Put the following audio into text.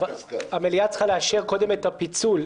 שהמליאה צריכה לאשר קודם את הפיצול.